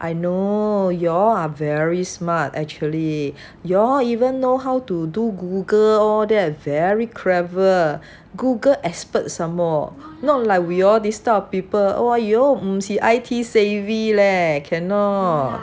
I know you all are very smart actually you all even know how to do Google all that very clever Google experts somemore not like we all this type of people !aiyo! m si I_T savvy leh cannot lah